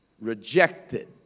rejected